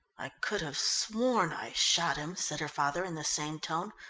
i could have sworn i shot him, said her father in the same tone,